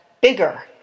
bigger